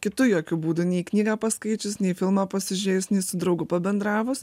kitu jokiu būdu nei knygą paskaičius nei filmą pasižiūrėjus nei su draugu pabendravus